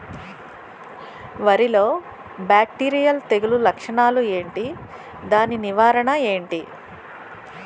వరి లో బ్యాక్టీరియల్ తెగులు లక్షణాలు ఏంటి? దాని నివారణ ఏంటి?